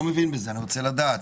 אני לא מבין בזה ואני רוצה לדעת.